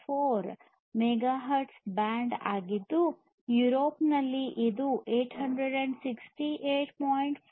42 megahertz band ಆಗಿದ್ದು ಯುರೋಪಿನಲ್ಲಿ ಇದು 868